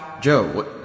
Joe